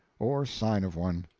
or sign of one.